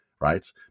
right